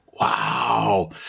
Wow